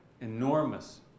enormous